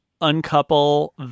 uncouple